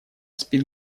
спит